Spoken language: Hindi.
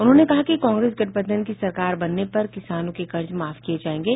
उन्होंने कहा कि कांग्रेस गठबंधन की सरकार बनने पर किसानों के कर्ज माफ किये जाएंगे